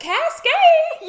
Cascade